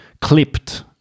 clipped